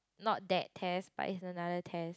not that test but is another test